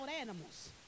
animals